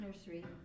nursery